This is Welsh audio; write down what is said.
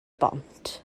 bont